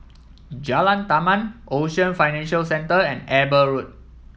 Jalan Taman Ocean Financial Centre and Eber Road